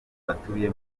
batuye